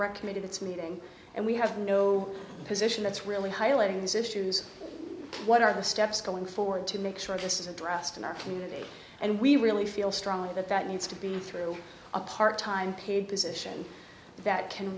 recommended it's meeting and we have no position that's really highlighting these issues what are the steps going forward to make sure this is addressed in our community and we really feel strongly that that needs to be through a part time paid position that can